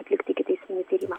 atlikti ikiteisminį tyrimą